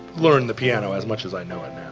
learned the piano as much as i know it now.